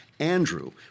andrew